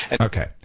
okay